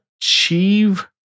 achieve